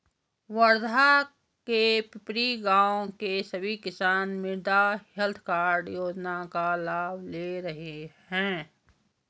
वर्धा के पिपरी गाँव के सभी किसान मृदा हैल्थ कार्ड योजना का लाभ ले रहे हैं